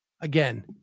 Again